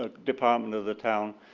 ah department of the town,